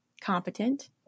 competent